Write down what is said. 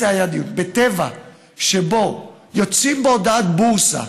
ב-ECI עוד היה דיון, בטבע יוצאים בהודעת בורסה